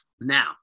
Now